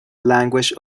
language